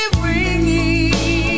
ringing